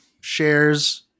shares